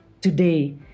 today